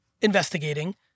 investigating